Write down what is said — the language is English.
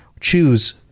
Choose